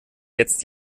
jetzt